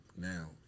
now